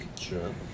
Sure